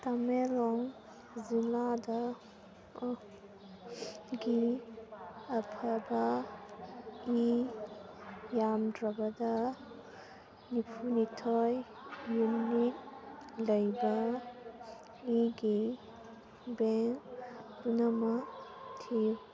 ꯇꯃꯦꯡꯂꯣꯡ ꯖꯤꯜꯂꯥꯗ ꯒꯤ ꯑꯐꯕꯒꯤ ꯌꯥꯝꯗ꯭ꯔꯕꯗ ꯅꯤꯐꯨꯅꯤꯊꯣꯏ ꯌꯨꯅꯤꯠ ꯂꯩꯕ ꯏꯒꯤ ꯕꯦꯡ ꯄꯨꯝꯅꯃꯛ ꯊꯤꯌꯨ